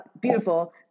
Beautiful